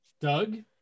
Doug